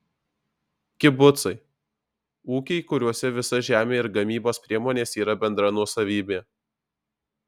kibucai ūkiai kuriuose visa žemė ir gamybos priemonės yra bendra nuosavybė